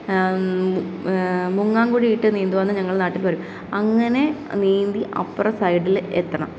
മുങ്ങാൻകുഴി ഇട്ട് നീന്തുക എന്ന് ഞങ്ങളെ നാട്ടിൽ പറയും അങ്ങനെ നീന്തി അപ്പുറം സൈഡിൽ എത്തണം